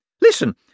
listen